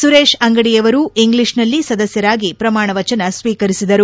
ಸುರೇಶ್ ಅಂಗಡಿಯವರು ಇಂಗ್ಲಿಷ್ನಲ್ಲಿ ಸದಸ್ಕರಾಗಿ ಪ್ರಮಾಣ ವಚನ ಸ್ವೀಕರಿಸಿದರು